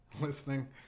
Listening